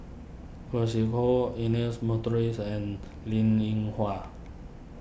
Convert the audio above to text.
Khoo Sui Hoe Ernest Monteiro and Linn in Hua